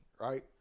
right